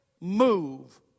move